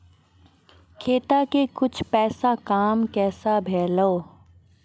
खाता के कुछ पैसा काम कैसा भेलौ?